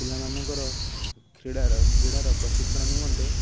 ପିଲାମାନଙ୍କର କ୍ରୀଡ଼ାର କ୍ରୀଡ଼ାର ପ୍ରଶିକ୍ଷଣ ନିମନ୍ତେ